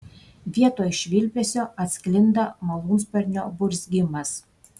vietoj švilpesio atsklinda malūnsparnio burzgimas